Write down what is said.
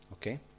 Okay